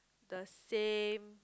the same